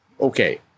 okay